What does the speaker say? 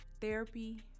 therapy